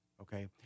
okay